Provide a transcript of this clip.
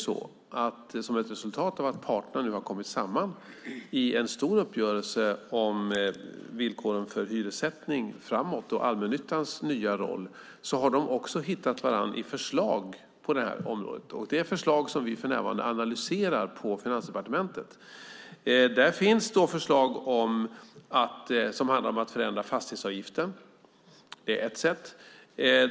Som ett resultat av att parterna nu har kommit samman i en stor uppgörelse om villkoren för hyressättning framöver och allmännyttans nya roll har de också hittat varandra i förslag på detta område, förslag som vi för närvarande analyserar på Finansdepartementet. Där finns förslag som handlar om att förändra fastighetsavgiften; det är ett sätt.